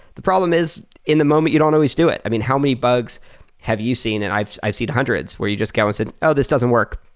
the problem is, in the moment, you don't always do it. i mean, how many bugs have you seen, and i've i've seen hundreds, where you just go and say, oh, this doesn't work.